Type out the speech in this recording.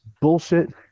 bullshit